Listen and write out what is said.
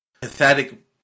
pathetic